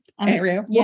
area